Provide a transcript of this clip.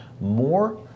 more